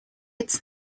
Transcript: its